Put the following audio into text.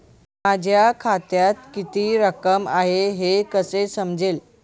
माझ्या खात्यात किती रक्कम आहे हे कसे समजेल?